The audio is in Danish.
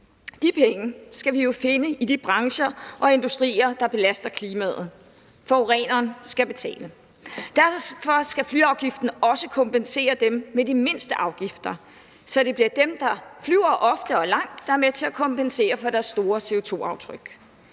de penge skal vi jo finde i de brancher og industrier, der belaster klimaet. Forureneren skal betale. Derfor skal flyafgiften også kompensere dem med de mindste afgifter, så det bliver dem, der flyver ofte og langt, der er med til at kompensere for deres store CO2-aftryk.